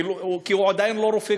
כי הוא עדיין לא רופא,